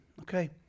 Okay